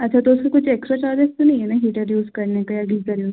अच्छा तो उसके कुछ एक्स्ट्रा चार्जेस तो नहीं है ना हीटर यूज़ करने का या गीज़र